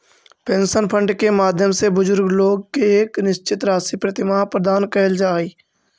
pension fund के माध्यम से बुजुर्ग लोग के एक निश्चित राशि प्रतिमाह प्रदान कैल जा हई